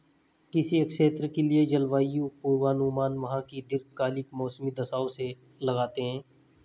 किसी क्षेत्र के लिए जलवायु पूर्वानुमान वहां की दीर्घकालिक मौसमी दशाओं से लगाते हैं